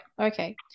Okay